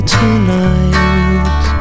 tonight